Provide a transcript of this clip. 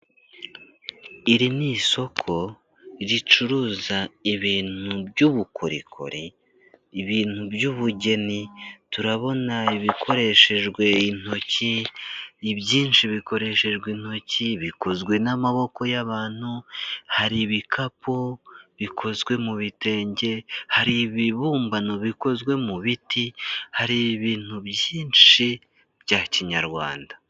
Iri ni isoko ricuruza ibintu by'ubukorikori, ibintu by'ubugeni turabona ibikoreshejwe intoki, ibyinshi bikoreshejwe intoki, bikozwe n'amaboko y'abantu, hari ibikapu bikozwe mu bitenge, hari ibibumbano bikozwe mu biti, hari ibintu byinshi bya kinyarwanda.